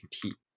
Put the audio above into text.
compete